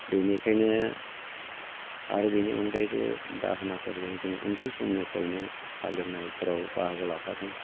बेनिखायनो आरो बेनि अनगायैबो दाहोनाफोरजों जोङो उन्दै समनिफ्रायनो हालएवनायफोराव बाहागो लाफादों